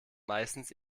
meistens